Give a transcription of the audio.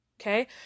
Okay